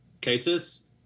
cases